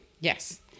Yes